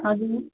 हजुर